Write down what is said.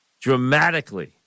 dramatically